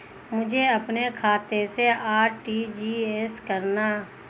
मुझे अपने खाते से आर.टी.जी.एस करना?